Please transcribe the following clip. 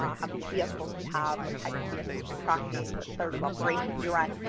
um how many vehicles you have, what types of vehicles you're tracking, what sort of operations you run.